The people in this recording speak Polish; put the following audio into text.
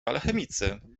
alchemicy